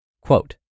Quote